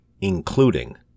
including